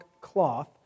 cloth